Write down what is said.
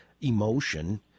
emotion